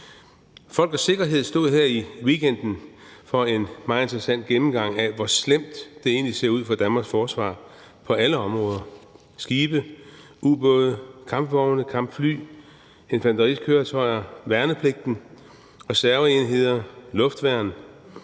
Folk & Sikkerhed stod her i weekenden for en meget interessant gennemgang af, hvor slemt det egentlig ser ud for Danmarks forsvar på alle områder, altså skibe, ubåde, kampvogne, kampfly, infanterikøretøjer, værnepligt, reserveenheder og luftværn,